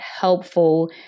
helpful